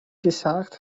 gesagt